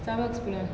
starbucks போல:pola